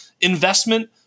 investment